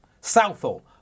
Southall